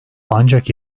ancak